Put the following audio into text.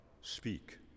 speak